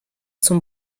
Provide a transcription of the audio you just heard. zum